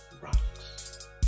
rocks